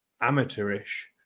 amateurish